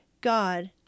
God